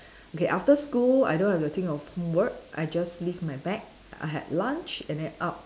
okay after school I don't have to think of homework I just leave my bag I had lunch and then out